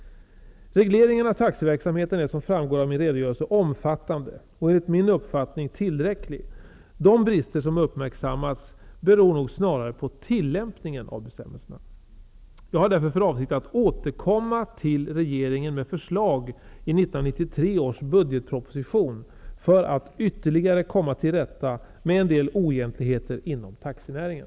Regleringen av taxiverksamheten är som framgår av min redogörelse omfattande och enligt min uppfattning tillräcklig. De brister som uppmärksammats beror nog snarast på tillämpningen av bestämmelserna. Jag har därför för avsikt att återkomma till regeringen med förslag i 1993 års budgetproposition för att ytterligare komma till rätta med en del oegentligheter inom taxinäringen.